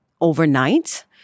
overnight